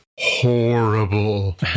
horrible